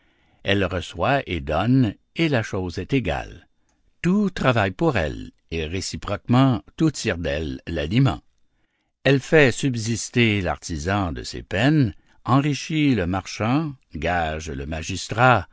elle reçoit et donne et la chose est égale tout travaille pour elle et réciproquement tout tire d'elle l'aliment elle fait subsister l'artisan de ses peines enrichit le marchand gage le magistrat